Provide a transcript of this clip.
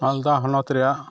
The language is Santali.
ᱢᱟᱞᱫᱟ ᱦᱚᱱᱚᱛ ᱨᱮᱭᱟᱜ